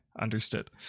Understood